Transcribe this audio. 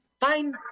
fine